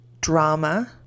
drama